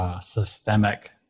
Systemic